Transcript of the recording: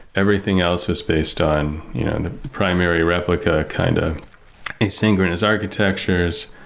everything else was based on the primary replica kind of asynchronous architectures.